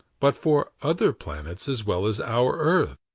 but for other planets as well as our earth.